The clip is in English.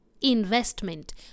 investment